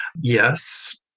Yes